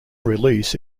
release